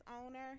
owner